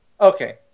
Okay